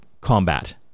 combat